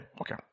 Okay